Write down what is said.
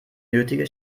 nötige